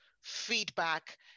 feedback